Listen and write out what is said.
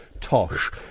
tosh